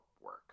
work